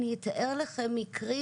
אני אתאר לכם מקרים,